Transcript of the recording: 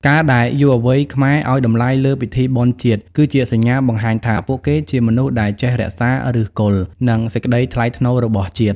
ការដែលយុវវ័យខ្មែរឱ្យតម្លៃលើពិធីបុណ្យជាតិ គឺជាសញ្ញាបង្ហាញថាពួកគេជាមនុស្សដែលចេះរក្សា "ឫសគល់" និងសេចក្ដីថ្លៃថ្នូររបស់ជាតិ។